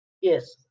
yes